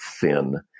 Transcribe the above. thin